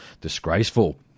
disgraceful